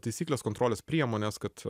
taisyklės kontrolės priemonės kad